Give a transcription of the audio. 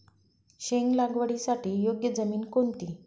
शेंग लागवडीसाठी योग्य जमीन कोणती?